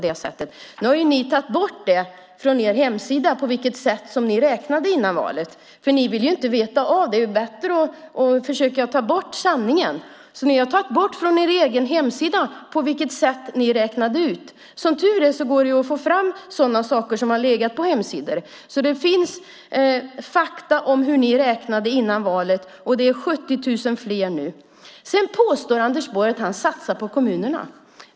Nu har ni tagit bort det som stod på er hemsida om på vilket sätt ni räknade före valet. Ni vill inte veta av det. Det är bättre att försöka ta bort sanningen. Ni har alltså tagit bort det som stod på er egen hemsida om på vilket sätt ni räknade ut detta. Som tur är går det att få fram sådana saker som har legat på hemsidor. Det finns därför fakta om hur ni räknade före valet, och det är 70 000 fler nu. Sedan påstår Anders Borg att han satsar på kommunerna.